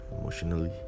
emotionally